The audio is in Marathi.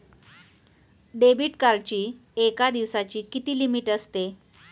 डेबिट कार्डची एका दिवसाची किती लिमिट असते?